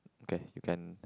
okay you can